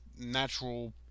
natural